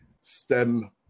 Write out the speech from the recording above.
STEM